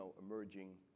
emerging